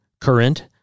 current